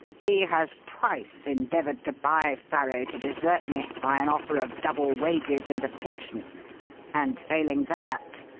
he has twice endeavoured to buy farrow to desert me by an offer of double wages and a pension and, failing that,